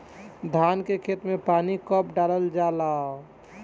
धान के खेत मे पानी कब डालल जा ला?